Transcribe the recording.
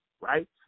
right